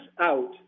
out